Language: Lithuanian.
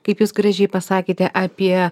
kaip jūs gražiai pasakėte apie